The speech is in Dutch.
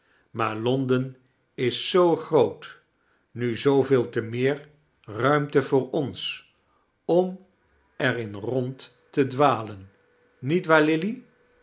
maar londen is zoo groot nu zooveel te meer ruimte voor ons om er in r'ond te dwalen nietwaar lilly